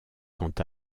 quant